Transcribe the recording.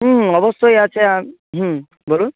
হুম অবশ্যই আছে হুম বলুন